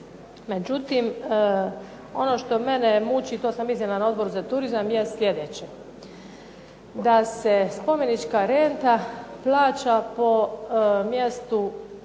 Međutim, ono što mene muči to sam iznijela i na Odboru za turizam je sljedeće. Da se spomenička renta plaća po mjestu